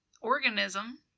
organism